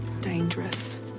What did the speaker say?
dangerous